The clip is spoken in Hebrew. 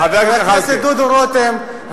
חבר הכנסת דודו רותם,